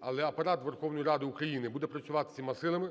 але Апарат Верховної Ради України буде працювати всіма силами,